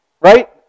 right